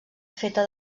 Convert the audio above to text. feta